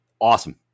awesome